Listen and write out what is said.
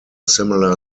similar